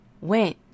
went